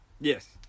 yes